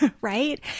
right